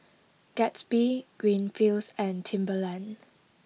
Gatsby Greenfields and Timberland